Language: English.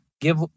give